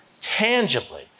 tangibly